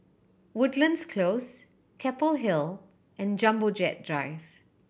Woodlands Close Keppel Hill and Jumbo Jet Drive